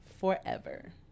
forever